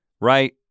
right